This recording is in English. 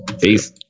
Peace